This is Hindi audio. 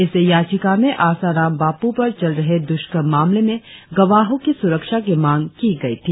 इस याचिका में आसाराम बापू पर चल रहे दुष्कर्म मामले में गवाहों की सुरक्षा की मांग की गयी थी